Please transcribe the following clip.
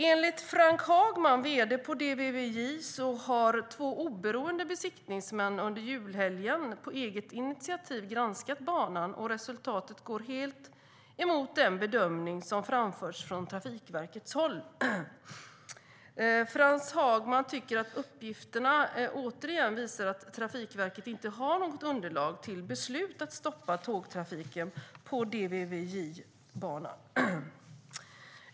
Enligt Frank Hagman, vd på DVVJ, har två oberoende besiktningsmän på eget initiativ granskat banan under julhelgen. Resultatet går helt emot den bedömning som har framförts från Trafikverkets håll. Frank Hagman tycker att uppgifterna återigen visar att Trafikverket inte har något underlag för beslutet att stoppa tågtrafiken på DVVJ-banan.